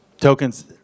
tokens